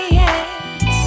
yes